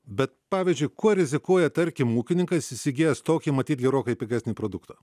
bet pavyzdžiui kuo rizikuoja tarkim ūkininkas įsigijęs tokį matyt gerokai pigesnį produktą